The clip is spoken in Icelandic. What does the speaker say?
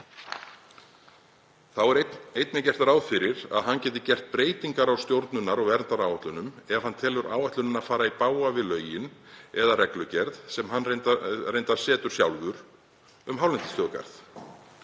Þá er einnig gert ráð fyrir að hann geti gert breytingar á stjórnunar- og verndaráætlun ef hann telur áætlunina fara í bága við lögin eða reglugerð, sem hann reyndar setur sjálfur, um hálendisþjóðgarð.